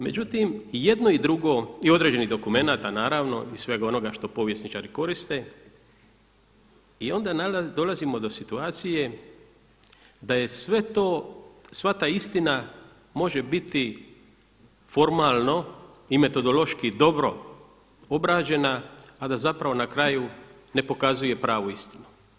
Međutim i jedno i drugo, i određenih dokumenata, naravno i svega onoga što povjesničari koriste i onda dolazimo do situacije da je sve to, sva ta istina može biti formalno i metodološki dobro obrađena a da zapravo na kraju ne pokazuje pravu istinu.